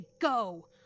go